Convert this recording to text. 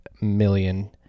million